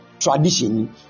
Tradition